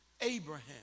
Abraham